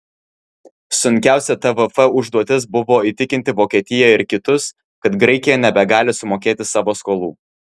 sunkiausia tvf užduotis buvo įtikinti vokietiją ir kitus kad graikija nebegali sumokėti savo skolų